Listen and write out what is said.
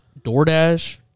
DoorDash